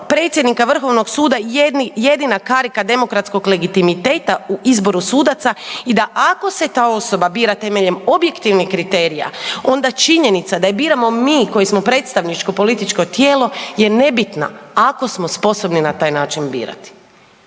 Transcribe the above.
predsjednika VSRH jedina karika demokratskog legitimiteta u izboru sudaca i da ako se ta osoba bira temeljem objektivnih kriterija, onda činjenica da je biramo mi koji smo predstavničko tijelo je nebitna, ako smo sposobni na taj način birati.